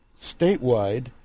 statewide